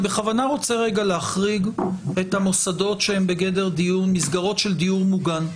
אני בכוונה רוצה רגע להחריג מסגרות של דיור מוגן.